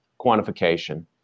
quantification